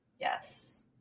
yes